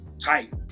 tight